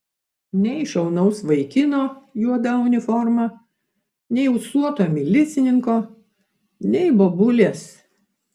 nei šaunaus vaikino juoda uniforma nei ūsuoto milicininko nei bobulės